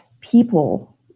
people